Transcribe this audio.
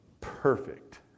Perfect